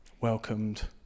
welcomed